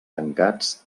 tancats